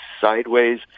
sideways